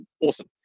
awesome